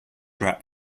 wrap